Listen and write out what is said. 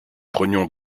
prenions